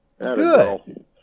Good